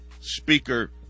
speaker